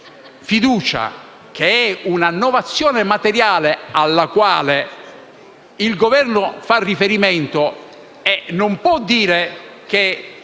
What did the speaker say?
fiducia, che è una novazione materiale alla quale il Governo fa riferimento. Allora non si può dire che